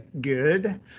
Good